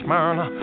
Myrna